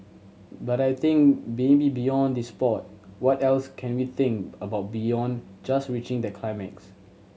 but I think maybe beyond the sport what else can we think about beyond just reaching the climax